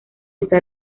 está